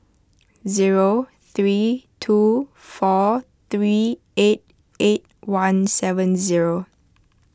zero three two four three eight eight one seven zero